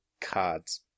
cards